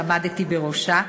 שעמדתי בראשה.